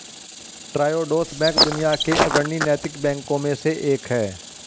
Triodos bank दुनिया के अग्रणी नैतिक बैंकों में से एक है